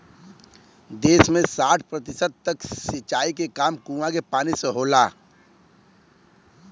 देस में साठ प्रतिशत तक सिंचाई के काम कूंआ के पानी से होला